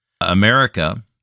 America